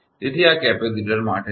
તેથી આ કેપેસિટર માટે છે